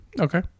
Okay